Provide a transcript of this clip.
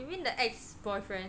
you mean the ex-boyfriend